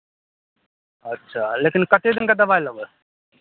अच्छा लेकिन कतेक दिनका दबाइ लेबै